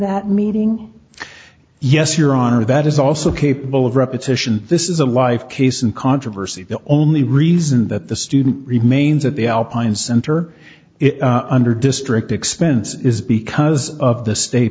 that meeting yes your honor that is also capable of repetition this is a life case and controversy the only reason that the student remains at the alpine center is under district expense is because of the state